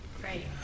Great